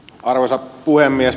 arvoisa puhemies